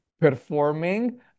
performing